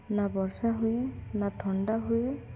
ନା ବର୍ଷା ହୁଏ ନା ଥଣ୍ଡା ହୁଏ